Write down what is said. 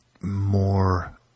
more